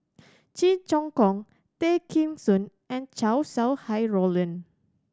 Cheong Choong Kong Tay Kheng Soon and Chow Sau Hai Roland